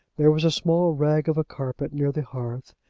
there was a small rag of a carpet near the hearth,